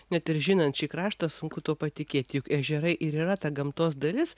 net ir žinant šį kraštą sunku tuo patikėti juk ežerai ir yra ta gamtos dalis